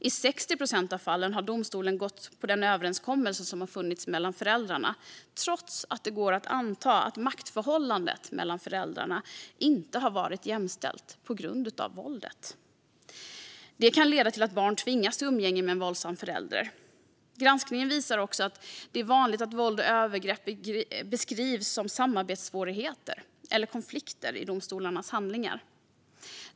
I 60 procent av fallen har domstolen gått på den överenskommelse som finns mellan föräldrarna, trots att det går att anta att maktförhållandet mellan föräldrarna inte har varit jämställt på grund av våldet. Det kan leda till att barn tvingas till umgänge med en våldsam förälder. Granskningen visar också att det är vanligt att våld och övergrepp beskrivs som samarbetssvårigheter eller konflikter i domstolarnas handlingar.